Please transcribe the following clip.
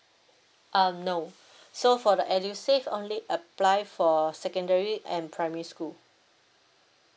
uh no so for the edusave only apply for secondary and primary school